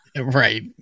Right